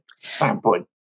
standpoint